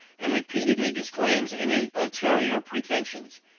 and repeatedly disclaims any ulterior pretensions.